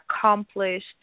accomplished